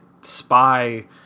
Spy